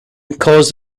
caused